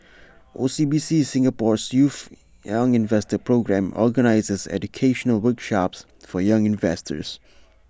O C B C Singapore's youth young investor programme organizes educational workshops for young investors